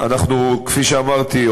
כפי שאמרתי,